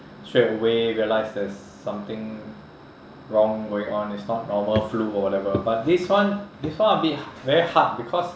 straightaway realise there is something wrong going on it's not normal flu or whatever but this one this one a bit very hard because